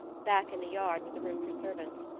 back in the yard was a room for servants,